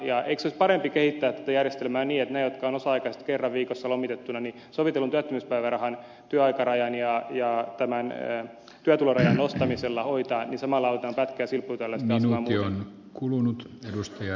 eikö olisi parempi kehittää tätä järjestelmää niin että ne jotka ovat osa aikaisesti kerran viikossa lomautettuina hoidettaisiin sovitellun työttömyyspäivärahan työaikarajan ja työtulorajan nostamisella ja samalla hoidettaisiin pätkä ja silpputyöläisten asemaa muutenkin